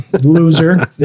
loser